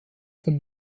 von